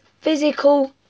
physical